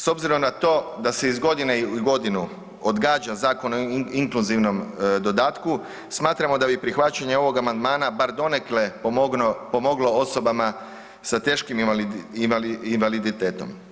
S obzirom na to da se iz godine u godinu odgađa Zakon o inkluzivni dodatku smatramo da bi prihvaćanje ovog amandmana bar donekle pomoglo osobama sa teškim invaliditetom.